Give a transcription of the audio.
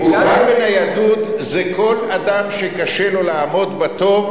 מוגבל בניידות זה כל אדם שקשה לו לעמוד בתור.